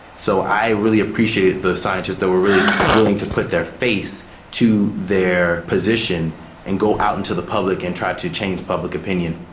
so i really appreciated the scientists that were really willing to put their face to their position and go out into the public and try to change public opinion.